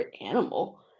animal